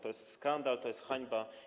To jest skandal, to jest hańba.